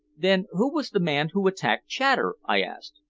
then who was the man who attacked chater? i asked.